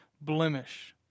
blemish